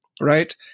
right